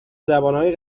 زبانهای